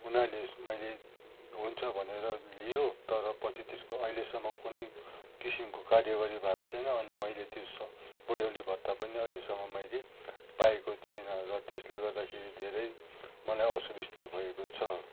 उनीहरूले मैले हुन्छ भनेर लियो तर पछि त्यसको अहिलेसम्म कुनै किसिमको कार्यवाही भएको छैन अनि मैले त्यो स बुढ्यौली भत्ता पनि अहिलेसम्म मैले पाएको थिइनँ र त्यसले गर्दाखेरि धेरै मलाई असुबिस्ता भएको छ